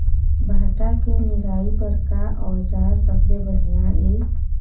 भांटा के निराई बर का औजार सबले बढ़िया ये?